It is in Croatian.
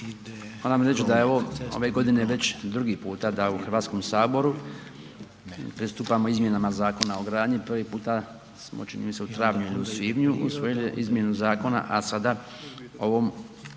Moram reći da je ove godine već drugi puta da u Hrvatskom saboru pristupamo izmjenama Zakona o gradnji. Prvi puta smo čini mi se u travnju ili u svibnju usvojili izmjenu zakona, a sada ovom